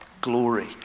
glory